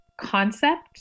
concept